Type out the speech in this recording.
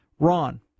Ron